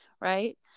Right